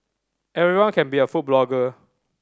everyone can be a food blogger